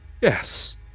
Yes